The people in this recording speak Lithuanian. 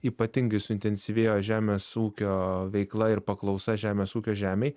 ypatingai suintensyvėjo žemės ūkio veikla ir paklausa žemės ūkio žemei